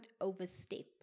overstep